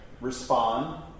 respond